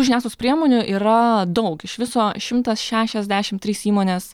žiniasklaidos priemonių yra daug iš viso šimtas šešiasdešimt trys įmonės